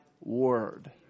word